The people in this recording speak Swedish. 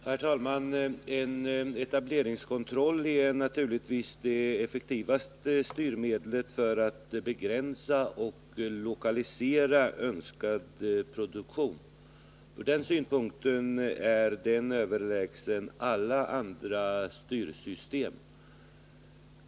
Herr talman! Etableringskontroll är naturligtvis det effektivaste styrmedlet för att begränsa och lokalisera önskad produktion. Ur den synpunkten är den överlägsen alla andra styrsystem.